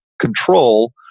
control